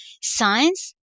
science